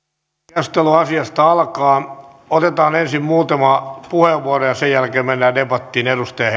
keskustelu asiasta alkaa otetaan ensin muutama puheenvuoro ja sen jälkeen mennään debattiin